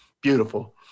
Beautiful